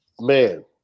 man